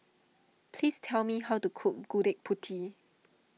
please tell me how to cook Gudeg Putih